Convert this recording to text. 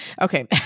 okay